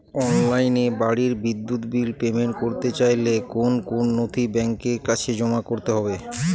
অনলাইনে বাড়ির বিদ্যুৎ বিল পেমেন্ট করতে চাইলে কোন কোন নথি ব্যাংকের কাছে জমা করতে হবে?